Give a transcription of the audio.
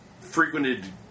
frequented